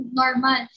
normal